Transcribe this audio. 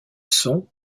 sont